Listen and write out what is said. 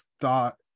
thought